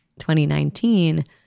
2019